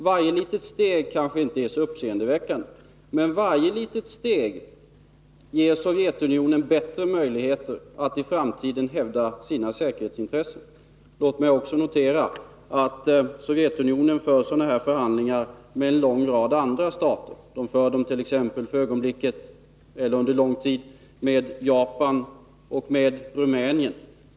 Varje litet steg kanske inte är så uppseendeväckande, men varje litet steg ger Sovjetunionen bättre möjligheter att i framtiden hävda sina säkerhetsintressen. Låt mig också notera att Sovjetunionen för sådana här förhandlingar med en lång rad andra stater. Sovjetunionen har under lång tid fört förhandlingar av detta slag med Japan och med Rumänien.